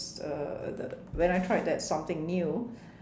uh the when I tried that something new